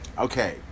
Okay